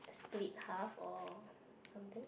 split half or something